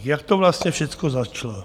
Jak to vlastně všecko začalo?